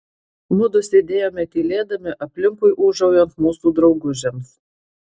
mudu sėdėjome tylėdami aplinkui ūžaujant mūsų draugužiams